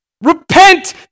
Repent